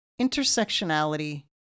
intersectionality